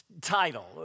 title